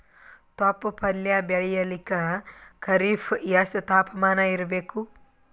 ತೊಪ್ಲ ಪಲ್ಯ ಬೆಳೆಯಲಿಕ ಖರೀಫ್ ಎಷ್ಟ ತಾಪಮಾನ ಇರಬೇಕು?